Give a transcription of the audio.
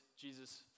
Jesus